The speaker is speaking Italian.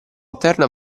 interno